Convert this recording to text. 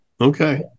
okay